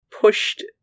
pushed